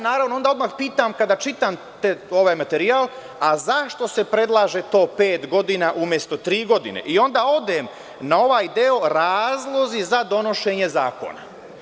Naravno, ja se odmah onda pitam kada čitam ovaj materijal, zašto se predlaže to „pet godina“ umesto „tri godine“ i onda odem na ovaj deo – razlozi za donošenje zakona.